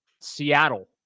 seattle